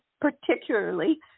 particularly